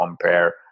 compare